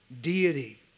deity